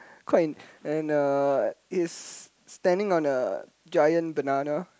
quite and a it's standing on the giant banana